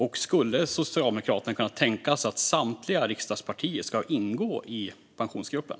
Och skulle Socialdemokraterna kunna tänka sig att samtliga riksdagspartier ska ingå i Pensionsgruppen?